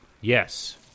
Yes